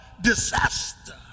disaster